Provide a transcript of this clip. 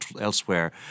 elsewhere